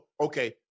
Okay